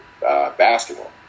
basketball